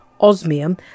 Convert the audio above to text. osmium